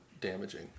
damaging